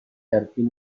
turpin